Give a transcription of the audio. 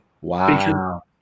Wow